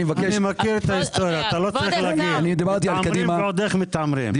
ועוד איך מתעמרים.